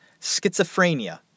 schizophrenia